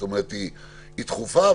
זאת אומרת שהיא דחופה,